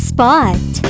Spot